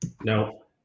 No